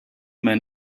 man